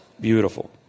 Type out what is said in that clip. Beautiful